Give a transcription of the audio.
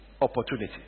opportunity